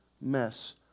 mess